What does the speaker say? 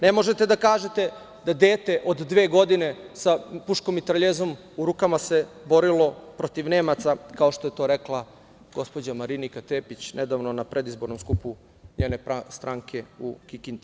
Ne možete da kažete da dete od dve godine sa puškomitraljezom u rukama se borilo protiv Nemaca, kao što je to rekla gospođa Marinika Tepić nedavno na predizbornom skupu njene stranke u Kikindi.